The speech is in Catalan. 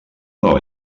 nova